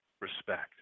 respect